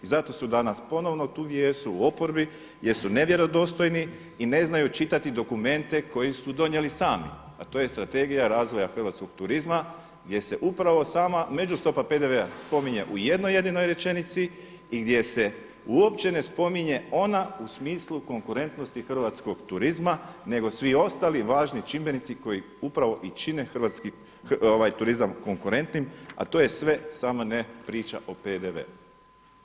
I zato su danas ponovno tu gdje jesu u oporbi jer su nevjerodostojni i ne znaju čitati dokumente koje su donijeli sami, a to je Strategija razvoja hrvatskog turizma gdje se upravo sama međustopa PDV-a spominje u jednoj jedinoj rečenici i gdje se uopće ne spominje ona u smislu konkurentnosti hrvatskog turizma, nego svi ostali važni čimbenici koji upravo i čine turizam konkurentnim, a to je sve, samo ne priča o PDV-u.